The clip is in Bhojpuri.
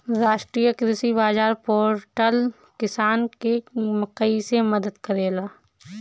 राष्ट्रीय कृषि बाजार पोर्टल किसान के कइसे मदद करेला?